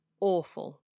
awful